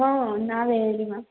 ಹ್ಞೂ ನಾವೇ ಹೇಳಿ ಮ್ಯಾಮ್